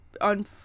on